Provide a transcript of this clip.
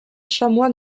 chamois